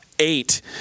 Eight